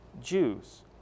Jews